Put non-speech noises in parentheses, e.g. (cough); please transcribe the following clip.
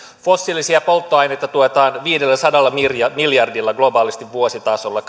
fossiilisia polttoaineita tuetaan viidelläsadalla miljardilla globaalisti vuositasolla (unintelligible)